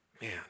Man